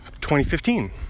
2015